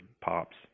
pops